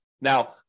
Now